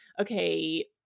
okay